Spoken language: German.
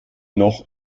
noch